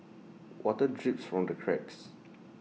water drips from the cracks